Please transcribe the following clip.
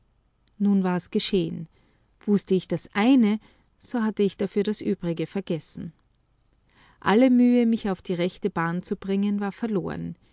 nun war's geschehen wußte ich das eine so hatte ich dafür das übrige vergessen alle mühe mich auf die rechte bahn zu bringen war verloren